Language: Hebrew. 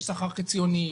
יש שכר חציוני,